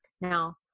Now